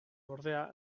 ordea